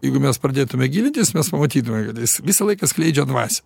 jeigu mes pradėtume gilintis mes pamatytume kad jis visą laiką skleidžia dvasią